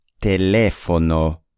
Teléfono